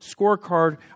scorecard